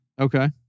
Okay